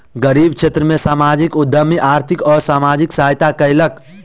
गरीब क्षेत्र में सामाजिक उद्यमी आर्थिक आ सामाजिक सहायता कयलक